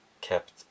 kept